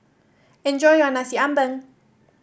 enjoy your Nasi Ambeng